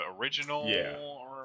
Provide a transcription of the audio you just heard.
original